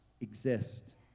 exist